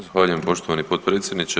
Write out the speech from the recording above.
Zahvaljujem poštovani potpredsjedniče.